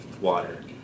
water